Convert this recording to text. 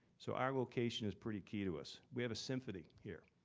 so our location is pretty key to us. we have a symphony here.